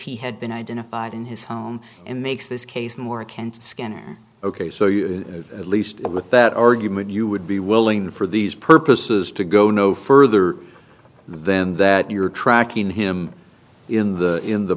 he had been identified in his home and makes this case more can't skinner ok so you at least with that argument you would be willing for these purposes to go no further than that you're tracking him in the in the